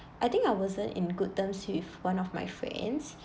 I think I wasn't in good terms with one of my friends